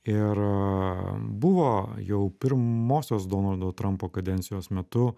ir buvo jau pirmosios donaldo trampo kadencijos metu